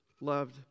loved